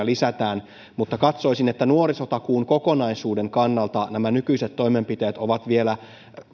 lisätään mutta katsoisin että nuorisotakuun kokonaisuuden kannalta nämä nykyiset toimenpiteet ovat vielä